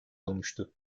olmuştu